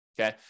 okay